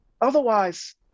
Otherwise